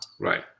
Right